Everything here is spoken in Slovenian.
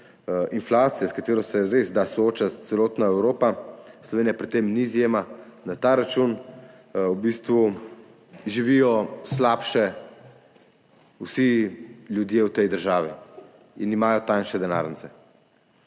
inflacije, s katero se resda sooča celotna Evropa, Slovenija pri tem ni izjema, na ta račun v bistvu živijo slabše vsi ljudje v tej državi in imajo tanjše denarnice.